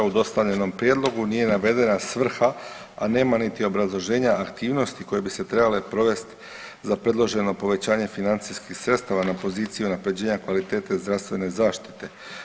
U dostavljenom prijedlogu nije navedena svrha, a nema niti obrazloženja aktivnosti koje bi se trebale provest za predloženo povećanje financijskih sredstava na poziciji unapređenja kvalitete zdravstvene zaštite.